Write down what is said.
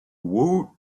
woot